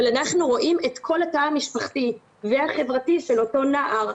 אבל אנחנו רואים את כל התא המשפחתי והחברתי של אותו נער.